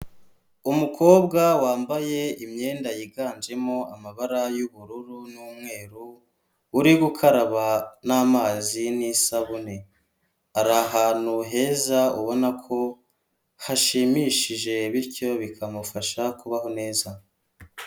Umukobwa wambaye imyenda yiganjemo amabara y'ubururu n'umweru, uri gukaraba n'amazi n'isabune. Ari ahantu heza ubona ko hashimishije bityo bikamufasha kubaho neza.